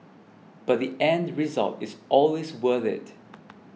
but the end result is always worth it